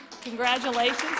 Congratulations